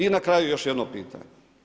I na kraju još jedno pitanje.